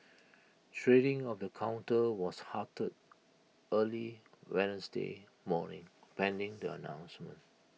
trading of the counter was halted early Wednesday morning pending the announcement